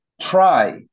try